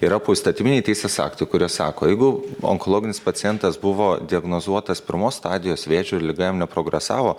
yra poįstatyminiai teisės aktai kurie sako jeigu onkologinis pacientas buvo diagnozuotas pirmos stadijos vėžiu liga jam neprogresavo